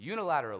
unilaterally